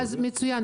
מצוין.